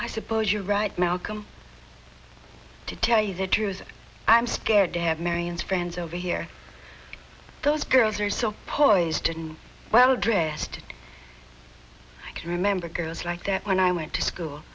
i suppose you're right now welcome to tell you the truth i'm scared to have mary and friends over here those girls are so poised and well dressed i can remember girls like that when i went to school